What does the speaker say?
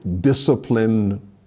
discipline